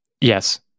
Yes